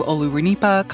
Olurinipa